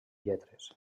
lletres